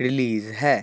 release ਹੈ